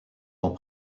dans